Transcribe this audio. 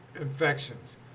infections